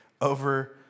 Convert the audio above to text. over